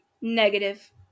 Negative